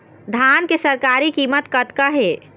धान के सरकारी कीमत कतका हे?